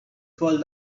twelve